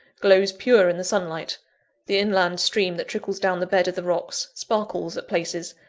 glows pure in the sunlight the inland stream that trickles down the bed of the rocks, sparkles, at places,